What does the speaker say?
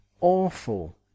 awful